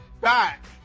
back